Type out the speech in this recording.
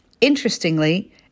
Interestingly